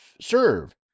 serve